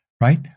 right